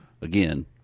Again